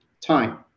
time